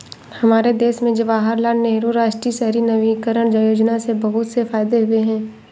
हमारे देश में जवाहरलाल नेहरू राष्ट्रीय शहरी नवीकरण योजना से बहुत से फायदे हुए हैं